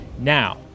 Now